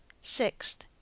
Sixth